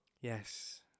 Yes